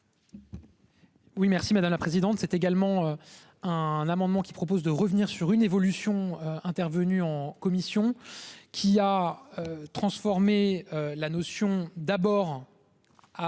Oui merci madame la présidente. C'est également. Un amendement qui propose de revenir sur une évolution intervenue en commission qui a. Transformé la notion d'abord.